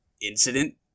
incident